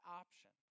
option